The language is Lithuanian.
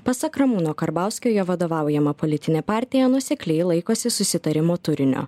pasak ramūno karbauskio jo vadovaujama politinė partija nuosekliai laikosi susitarimo turinio